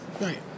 Right